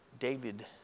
David